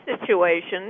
situation